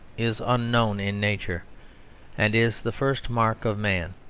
is unknown in nature and is the first mark of man.